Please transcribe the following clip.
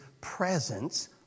presence